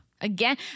Again